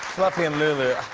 fluffy and lulu.